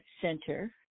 center